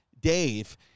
Dave